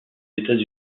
états